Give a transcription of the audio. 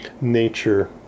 nature